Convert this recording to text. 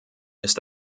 ist